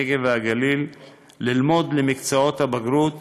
הנגב והגליל ללמוד למקצועות הבגרות